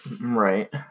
Right